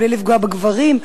בלי לפגוע בגברים,